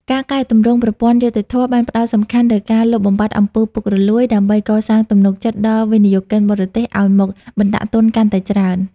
ការកែទម្រង់ប្រព័ន្ធយុត្តិធម៌បានផ្ដោតសំខាន់លើការលុបបំបាត់អំពើពុករលួយ ដើម្បីកសាងទំនុកចិត្តដល់វិនិយោគិនបរទេសឱ្យមកបណ្ដាក់ទុនកាន់តែច្រើន។